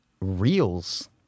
Reels